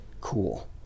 cool